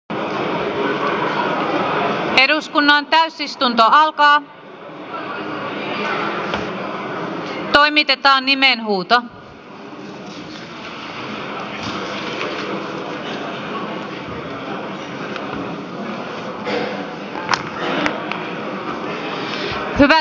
hyvät edustajat